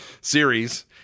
series